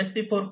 industry 4